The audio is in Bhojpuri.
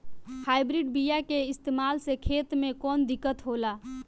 हाइब्रिड बीया के इस्तेमाल से खेत में कौन दिकत होलाऽ?